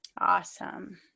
awesome